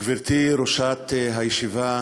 גברתי ראשת הישיבה,